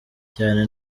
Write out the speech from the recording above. cyane